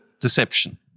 deception